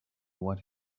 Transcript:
what